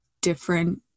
different